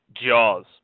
Jaws